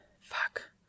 Fuck